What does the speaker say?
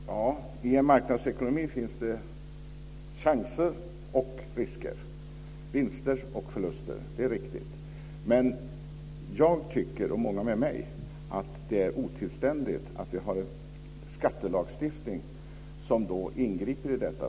Fru talman! I en marknadsekonomi finns det chanser och risker, vinster och förluster, det är riktigt. Men jag tycker, och många med mig, att det är otillständigt att vi har en skattelagstiftning som ingriper i detta.